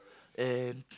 and